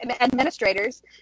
administrators